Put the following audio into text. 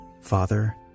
father